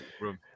room